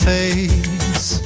face